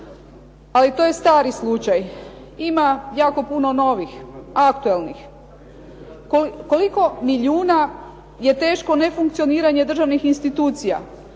ali to je stari slučaj. Ima jako puno novih, aktualnih. Koliko milijuna je teško nefunkcioniranje državnih institucija?